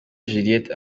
juliet